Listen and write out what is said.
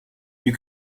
you